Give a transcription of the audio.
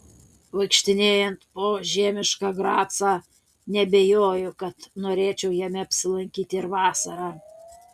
vaikštinėjant po žiemišką gracą neabejoju kad norėčiau jame apsilankyti ir vasarą